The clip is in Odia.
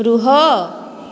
ରୁହ